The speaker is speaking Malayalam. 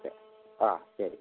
ഓക്കെ ആ ശരി